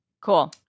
cool